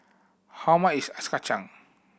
how much is ice kacang